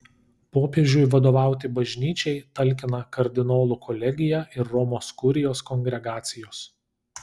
popiežiui vadovauti bažnyčiai talkina kardinolų kolegija ir romos kurijos kongregacijos